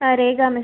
ആ രേഖ എന്ന് മിസ്